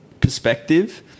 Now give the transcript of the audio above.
perspective